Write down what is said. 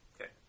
okay